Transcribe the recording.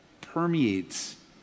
permeates